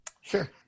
Sure